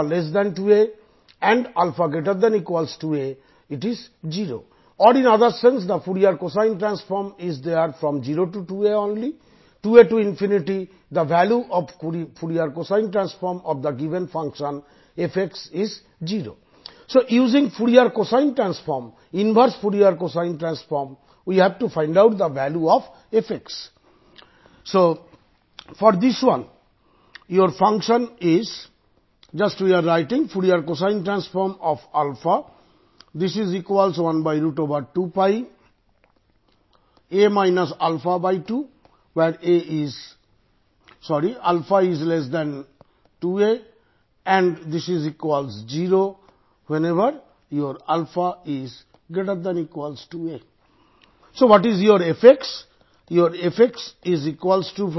Fc12πa 2 if α2a 0 if α≥2a inverse ஐ கண்டுபிடிக்க போகிறோம்